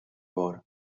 bor